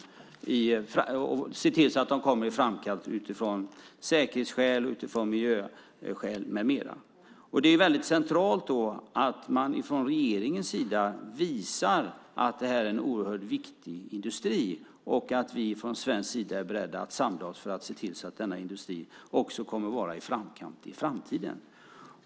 Det gäller att se till att de kommer i framkant utifrån säkerhetsaspekter, miljöskäl med mera. Det är då väldigt centralt att man från regeringens sida visar att det här är en oerhört viktig industri och att vi från svensk sida är beredda att samla oss för att se till att denna industri också i framtiden kommer att vara i framkanten.